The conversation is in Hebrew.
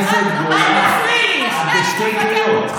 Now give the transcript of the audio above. אל תדאגו, לא יצא לי מזה כלום, יש לי ראש מפלגה.